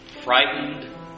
frightened